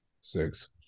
six